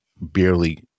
barely